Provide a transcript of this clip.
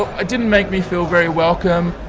it didn't make me feel very welcome.